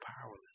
powerless